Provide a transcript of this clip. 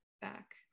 back